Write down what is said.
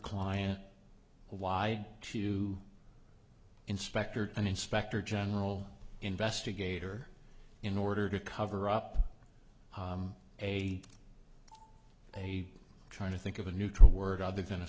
client why to inspector an inspector general investigator in order to cover up a trying to think of a neutral word other than a